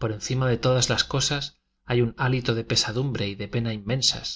por encima de to das las cosas hay un hálito de pesadumbre y de pena inmensas